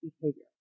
behavior